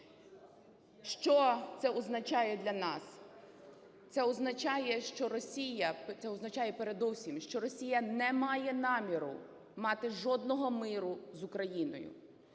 Це означає, що Росія… Це означає передовсім, що Росія не має наміру мати жодного миру з Україною.